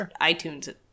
iTunes